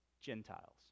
Gentiles